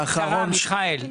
בקצרה, מיכאל.